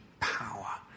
power